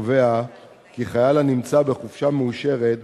קובע כי חייל הנמצא בחופשה מאושרת,